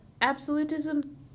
absolutism